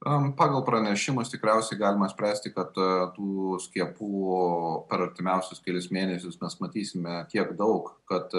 pagal pranešimus tikriausiai galima spręsti kad tų skiepų per artimiausius kelis mėnesius mes matysime tiek daug kad